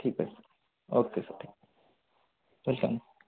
ठीक आहे okay sir welcome